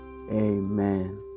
Amen